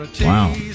Wow